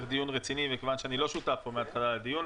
ומכיוון שאני לא שותף פה מהתחלה לדיון הרציני,